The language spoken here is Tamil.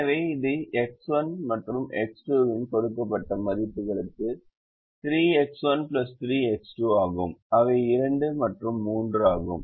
எனவே இது X1 மற்றும் X2 இன் கொடுக்கப்பட்ட மதிப்புகளுக்கு 3X1 3X2 ஆகும் அவை 2 மற்றும் 3 ஆகும்